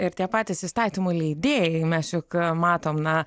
ir tie patys įstatymų leidėjai mes juk matom na